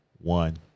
one